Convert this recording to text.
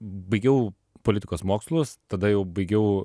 baigiau politikos mokslus tada jau baigiau